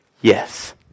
yes